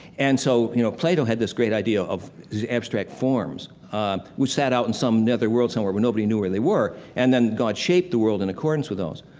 and so, you know, plato had this great idea of abstract forms. ah, we sat out in some netherworld somewhere where nobody knew where they were, and then god shaped the world in accordance with those.